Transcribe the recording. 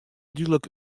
dúdlik